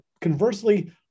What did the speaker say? conversely